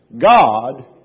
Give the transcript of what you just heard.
God